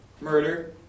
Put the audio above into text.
Murder